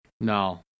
No